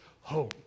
home